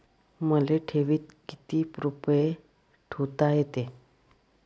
मले ठेवीत किती रुपये ठुता येते?